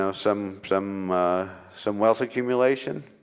so some some some wealth accumulation.